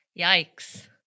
Yikes